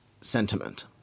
sentiment